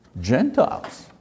Gentiles